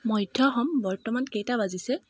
মধ্য সম বর্তমান কেইটা বাজিছে